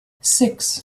six